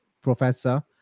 professor